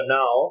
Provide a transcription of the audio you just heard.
now